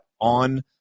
on